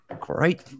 Great